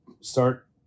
start